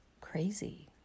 crazy